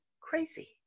crazy